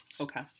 Okay